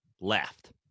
left